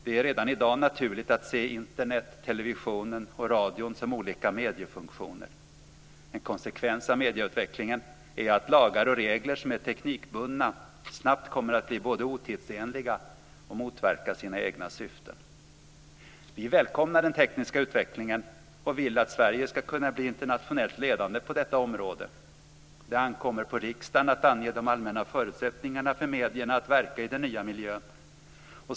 Det är redan i dag naturligt att se Internet, television och radio som olika mediefunktioner. En konsekvens av medieutvecklingen är att lagar och regler som är teknikbundna snabbt kommer att bli både otidsenliga och motverka sina egna syften. Vi välkomnar den tekniska utvecklingen och vill att Sverige ska kunna bli internationellt ledande på detta område. Det ankommer på riksdagen att ange de allmänna förutsättningarna för medierna att verka i den nya miljön.